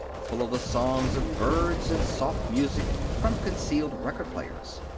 full of the songs of birds and soft music from concealed record-players.